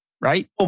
right